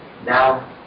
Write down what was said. Now